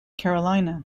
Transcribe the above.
carolina